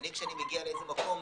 כשאני מגיע למקום,